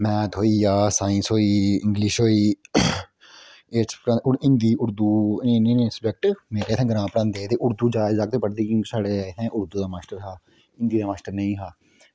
math होई गेआ science होई इंग्लिश होई हून जि'यां हिंदी उर्दू नेह् नेह् सब्जैक्ट ते एह् साढ़े ग्रांऽ बच्चे उर्दू जादै पढ़दे हे कि साढ़े जेह्का मास्टर हा ओह् उर्दू दा मास्टर हा हिंदी दा मास्टर निं हा